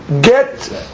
get